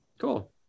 Cool